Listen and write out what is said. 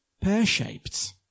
pear-shaped